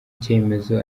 cyemezo